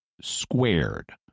squared